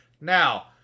Now